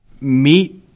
meet